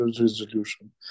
resolution